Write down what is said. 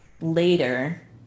later